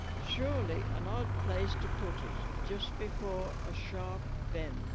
surely an odd place to put it just before a sharp bend